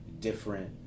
different